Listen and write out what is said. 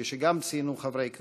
כפי שגם ציינו חברי כנסת.